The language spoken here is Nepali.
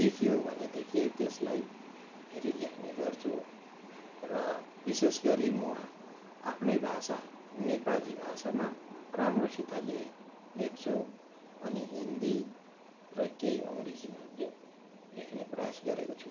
देख्यो भनेदेखि त्यसलाई फेरि लेख्ने गर्छु र विशेष गरी म आफ्नै भाषा नेपाली भाषामा राम्रोसितले लेख्छु अनि हिन्दी अनि केही अङ्ग्रेजीमा पनि लेख्ने प्रयास गरेको छु